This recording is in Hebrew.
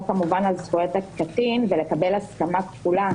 כמובן על זכויות הקטין ולקבל הסכמה כפולה,